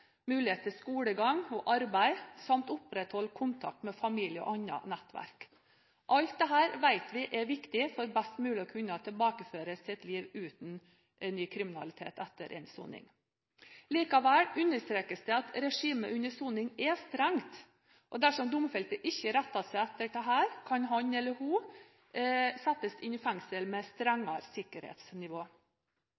mulighet til skolegang og arbeid samt til å opprettholde kontakt med familie og annet nettverk. Alt dette vet vi er viktig for best mulig å kunne tilbakeføres til et liv uten ny kriminalitet etter endt soning. Likevel understrekes det at regimet under soning er strengt. Dersom domfelte ikke retter seg etter dette, kan han eller hun settes inn i fengsel med